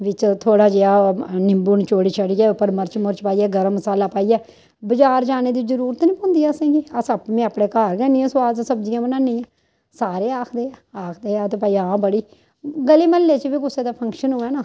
बिच्च थोड़ा जेहा निम्बू नचोड़ी नचाड़ियै उप्पर मर्च मुर्च पाइयै गरम मसाला पाइयै बजार जाने दी जरूरत निं पौंदी असें गी अस आपूं में अपने घर के गै इन्नियां सोआद सब्जियां बनान्नी आं सारे आखदे आखदे ऐ ते भाई हां बड़ी ग'ली म्हल्ले च बी कुसै दे फंक्शन होऐ ना